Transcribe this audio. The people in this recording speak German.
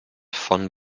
von